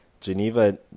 Geneva